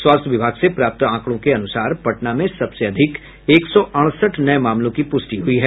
स्वास्थ्य विभाग से प्राप्त आंकड़ों के अनुसार पटना में सबसे अधिक एक सौ अड़सठ नये मामलों की पुष्टि हुई है